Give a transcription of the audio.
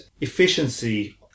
efficiency